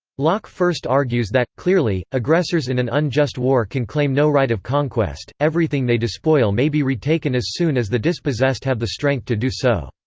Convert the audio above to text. locke first argues that, clearly, aggressors in an unjust war can claim no right of conquest everything they despoil may be retaken as soon as the dispossessed have the strength to do so.